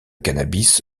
cannabis